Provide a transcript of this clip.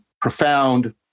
profound